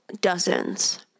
dozens